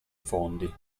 fondi